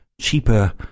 cheaper